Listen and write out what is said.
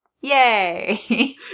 Yay